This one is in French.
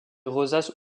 rosaces